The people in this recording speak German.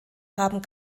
haben